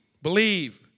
Believe